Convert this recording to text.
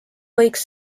võiks